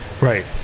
Right